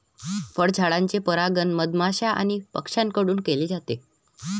फळझाडांचे परागण मधमाश्या आणि पक्ष्यांकडून केले जाते